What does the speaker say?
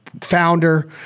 founder